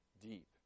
deep